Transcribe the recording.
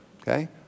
okay